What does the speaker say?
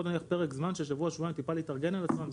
נניח פרק זמן של שבוע-שבועיים טיפה להתארגן על עצמן,